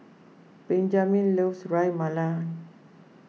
Benjamen loves Ras Malai